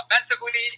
offensively